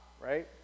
right